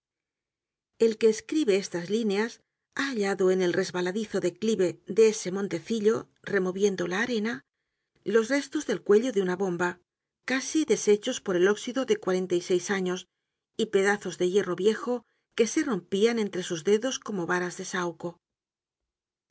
el que escribe estas líneas ha hallado en el resbaladizo declive de ese montecillo removiendo la arena los restos del cuello de una bomba casi deshechos por el óxido de cuarenta y seis años y pedazos de hierro viejo que se rompían entre sus dedos como varas de sauco